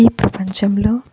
ఈ ప్రపంచంలో